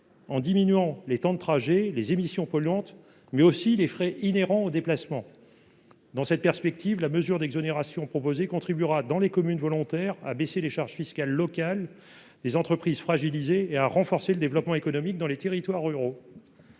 en diminuant les temps de trajet, les émissions polluantes, mais aussi les frais inhérents aux déplacements. Dans cette perspective, la mesure d'exonération proposée contribuera, dans les communes volontaires, à baisser les charges fiscales locales des entreprises fragilisées et à renforcer le développement économique dans les territoires ruraux.